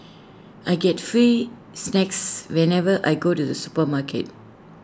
I get free snacks whenever I go to the supermarket